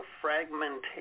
fragmentation